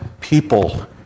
people